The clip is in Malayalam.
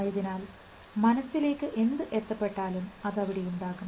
ആയതിനാൽ മനസ്സിലേക്ക് എന്ത് എത്തപ്പെട്ടാലും അത് അവിടെ ഉണ്ടാകും